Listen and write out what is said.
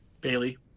Bailey